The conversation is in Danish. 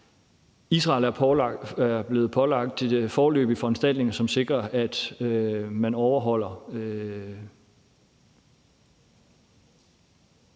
Israel er blevet pålagt foreløbige foranstaltninger og skal overholde